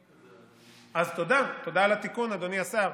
מאחר שאתה מקפיד, אז תודה על התיקון, אדוני השר.